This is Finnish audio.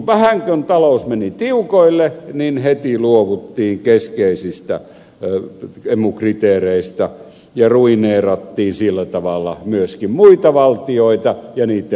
vähän kun talous meni tiukoille niin heti luovuttiin keskeisistä emu kriteereistä ja ruineerattiin sillä tavalla myöskin muita valtioita ja niitten mukana irlanti